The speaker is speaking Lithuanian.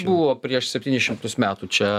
buvo prieš septynis šimtus metų čia